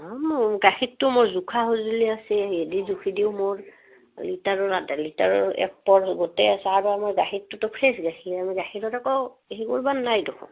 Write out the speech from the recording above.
মোৰ গাখীৰটো মোৰ জোখাৰ সঁজুলি আছে সেয়েদি জুখি দিওঁ মোৰ লিটাৰৰ আধা লিটাৰৰ এক পোৱাৰ গোটেই আছে আৰু মোৰ গাখীৰটোতো ফ্ৰেছ গাখীৰেই গাখীৰত একো হেৰি কৰ্বা নাই দেখোন